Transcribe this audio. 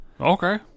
okay